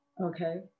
okay